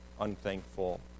unthankful